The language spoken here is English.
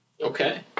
okay